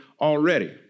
already